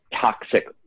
toxic